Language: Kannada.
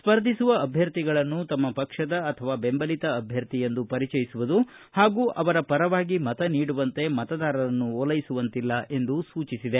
ಸ್ಪರ್ಧಿಸುವ ಅಭ್ವರ್ಥಿಗಳನ್ನು ತಮ್ಮ ಪಕ್ಷದ ಅಥವಾ ಬೆಂಬಲಿತ ಅಭ್ವರ್ಥಿ ಎಂದು ಪರಿಚಯಿಸುವುದು ಹಾಗೂ ಅವರ ಪರವಾಗಿ ಮತ ನೀಡುವಂತೆ ಮತದಾರರನ್ನು ಓಲೈಸುವಂತಿಲ್ಲ ಎಂದು ಸೂಚಿಸಿದೆ